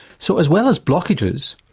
so as well as blockages,